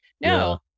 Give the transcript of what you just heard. No